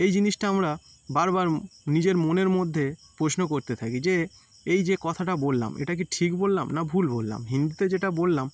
এই জিনিসটা আমরা বারবার নিজের মনের মধ্যে প্রশ্ন করতে থাকি যে এই যে কথাটা বললাম এটা কি ঠিক বললাম না ভুল বললাম হিন্দিতে যেটা বললাম